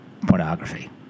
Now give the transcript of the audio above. pornography